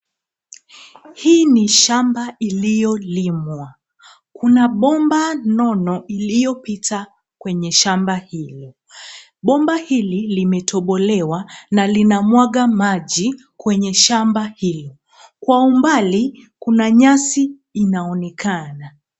Hii ni shamba iliyolimwa. Kuna bomba nono iliopita kwenye shamba hilo. Bomba hili limetobelewa na lina mwaga maji kwenye shamba hilo. Kwa umbali kuna nyasi inaonekana.